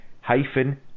hyphen